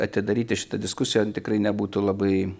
atidaryti šitą diskusiją tikrai nebūtų labai